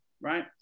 right